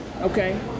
okay